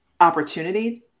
opportunity